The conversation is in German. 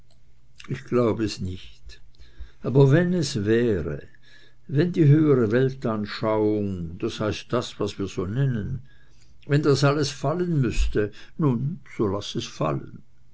ich glaub es nicht aber wenn es wäre wenn die höhere weltanschauung das heißt das was wir so nennen wenn das alles fallen müßte nun so laß es fallen